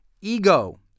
Ego